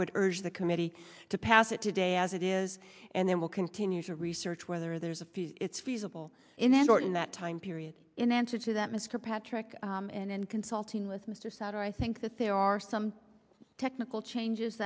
would urge the committee to pass it today as it is and then we'll continue to research whether there's a few it's feasible inadvertent that time period in answer to that mr patrick and then consulting with mr souder i think that there are some technical changes